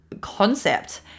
concept